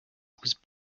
was